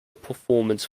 performance